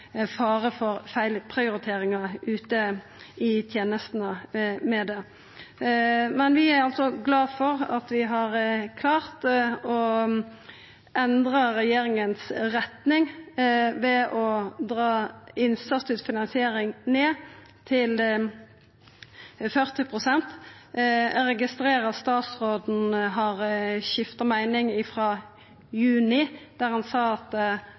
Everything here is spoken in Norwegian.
fare for feilprioriteringar i tenestene. Vi er altså glade for at vi har klart å endra retninga til regjeringa ved å dra innsatsstyrt finansiering ned til 40 pst. Eg registrerer at statsråden har skifta meining sidan juni. Da sa han at